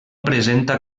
presenta